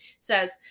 says